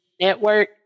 network